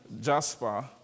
jasper